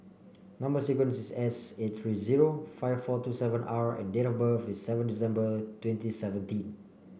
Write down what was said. number sequence is S eighty three zero five four two seven R and date of birth is seven December twenty seventeen